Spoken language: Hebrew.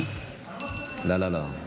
אדוני.